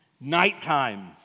Nighttime